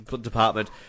Department